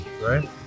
Right